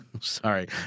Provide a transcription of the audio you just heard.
Sorry